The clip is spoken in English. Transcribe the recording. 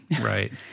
Right